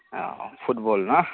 औ फुटबल ना